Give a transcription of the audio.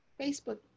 Facebook